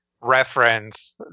reference